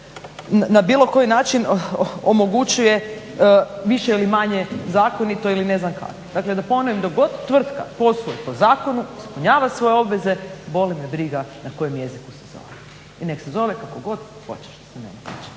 na bilo koji način omogućuje više ili manje zakonito ili ne znam kako. Dakle, da ponovim, dok god tvrtka posluje po zakonu, ispunjava svoje obveze, boli me briga na kojem jeziku se zove. I neka se zove kako god hoće što se mene tiče.